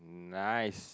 nice